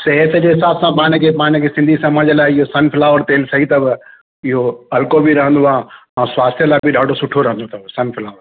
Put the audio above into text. सिहत जे हिसाबु सां मां हिनखे मां हिनखे सिंधी समाज लाइ इहो सनफ्लावर तेल सही अथव इयो हलको बि रहंदो आहे ऐं स्वास्थ्य लाइ बि ॾाढो सुठो रहंदो अथव सनफ्लावर